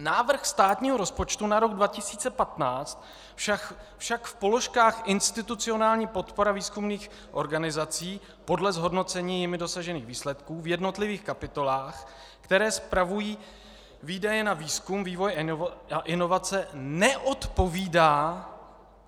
Návrh státního rozpočtu na rok 2015 však v položkách institucionální podpora výzkumných organizací podle zhodnocení jimi dosažených výsledků v jednotlivých kapitolách, které spravují výdaje na výzkum, vývoj a inovace, neodpovídá,